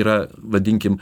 yra vadinkim